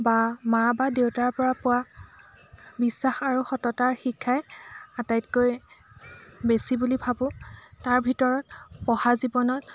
বা মা বা দেউতাৰ পৰা পোৱা বিশ্বাস আৰু সততাৰ শিক্ষাই আটাইতকৈ বেছি বুলি ভাবোঁ তাৰ ভিতৰত পঢ়া জীৱনত